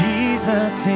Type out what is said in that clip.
Jesus